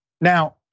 Now